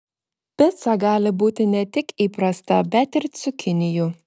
pica gali būti ne tik įprasta bet ir cukinijų